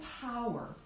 power